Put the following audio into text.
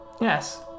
Yes